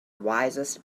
wisest